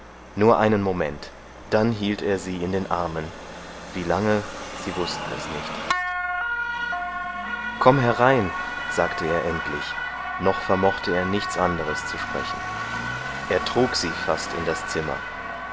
nur einen moment dann hielt er sie in den armen wie lange sie wußten es nicht komm herein sagte er endlich noch vermochte er nichts anderes zu sprechen er trug sie fast in das zimmer